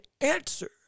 answer